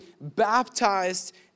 baptized